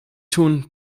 tun